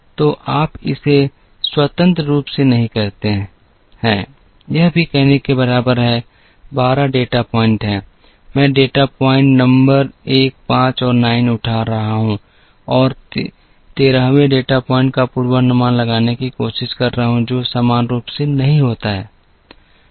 तो आप इसे स्वतंत्र रूप से नहीं करते हैं यह भी कहने के बराबर है 12 डेटा पॉइंट हैं मैं डेटा पॉइंट नंबर 1 5 और 9 उठा रहा हूं और मैं 13 वें डेटा पॉइंट का पूर्वानुमान लगाने की कोशिश कर रहा हूं जो सामान्य रूप से नहीं होता है